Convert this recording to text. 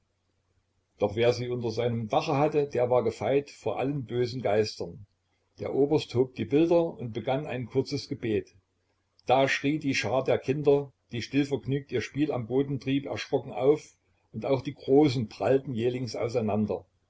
doch wer sie unter seinem dache hatte der war gefeit vor allen bösen geistern der oberst hob die bilder und begann ein kurzes gebet da schrie die schar der kinder die stillvergnügt ihr spiel am boden trieb erschrocken auf und auch die großen prallten jählings auseinander